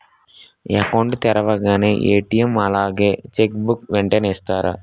Account తెరవగానే ATM అలాగే cheque book వెంటనే ఇస్తారా?